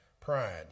Pride